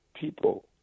people